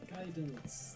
Guidance